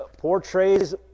portrays